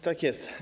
Tak jest.